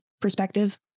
perspective